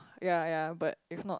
yea yea but if not